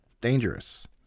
dangerous